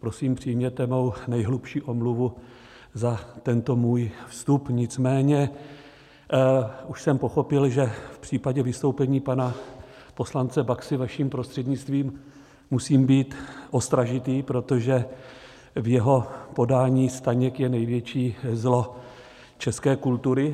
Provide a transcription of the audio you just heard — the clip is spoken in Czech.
prosím, přijměte mou nejhlubší omluvu za tento můj vstup, nicméně už jsem pochopil, že v případě vystoupení pana poslance Baxy vaším prostřednictvím musím být ostražitý, protože v jeho podání Staněk je největší zlo české kultury.